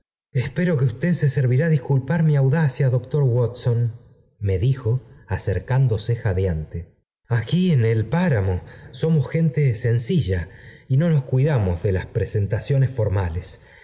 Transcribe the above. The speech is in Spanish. espero que usted se servirá disculpar mi au dada doctor watson me dijo acercándose jadeante aquí en el páramo somos gente seng llá y no nos cuidamos de las presentaciones for